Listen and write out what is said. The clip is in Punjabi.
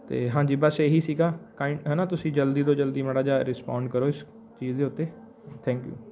ਅਤੇ ਹਾਂਜੀ ਬੱਸ ਇਹ ਹੀ ਸੀਗਾ ਕਾਈ ਹੈ ਨਾ ਤੁਸੀਂ ਜਲਦੀ ਤੋਂ ਜਲਦੀ ਮਾੜਾ ਜਿਹਾ ਰਿਸਪੋਂਡ ਕਰੋ ਇਸ ਚੀਜ਼ ਦੇ ਉੱਤੇ ਥੈਂਕ ਯੂ